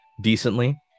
decently